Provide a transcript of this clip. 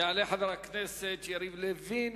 יעלה חבר הכנסת יריב לוין.